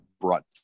brought